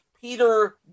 Peter